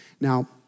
Now